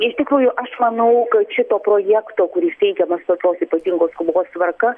iš tikrųjų aš manau kad šito projekto kuris teikiamas tokios ypatingos skubos tvarka